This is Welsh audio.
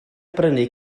brynu